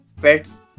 Pets